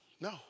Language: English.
No